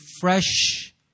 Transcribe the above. fresh